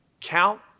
Count